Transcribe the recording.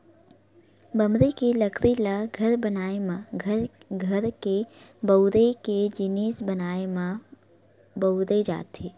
बमरी के लकड़ी ल घर बनाए म, घर के बउरे के जिनिस बनाए म बउरे जाथे